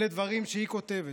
אלה דברים שהיא כותבת,